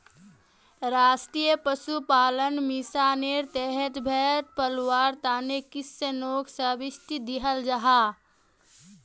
राष्ट्रीय पशुपालन मिशानेर तहत भेड़ पलवार तने किस्सनोक सब्सिडी दियाल जाहा